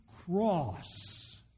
cross